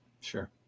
sure